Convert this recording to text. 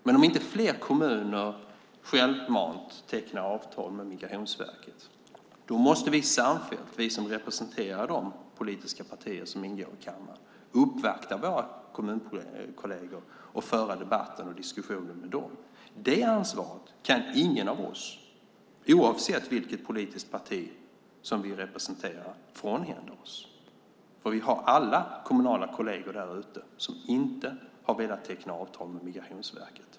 Men om inte fler kommuner självmant tecknar avtal med Migrationsverket måste vi som representerar de politiska partier som ingår i kammaren samfällt uppvakta våra kommunpolitikerkolleger och föra debatten och diskussionen med dem. Det ansvaret kan ingen av oss, oavsett vilket politiskt parti som vi representerar, frånhända oss. Vi har alla kommunala kolleger där ute som inte har velat teckna avtal med Migrationsverket.